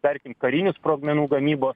tarkim karinių sprogmenų gamybos